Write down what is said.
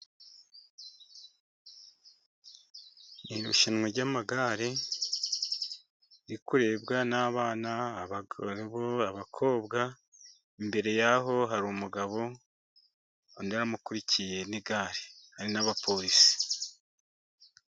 Irushanwa ry'amagare riri kurebwa n'abana, abakobwa, imbere ya ho hari umugabo, undi aramukurikiye n'igare, hari n'abaporisi.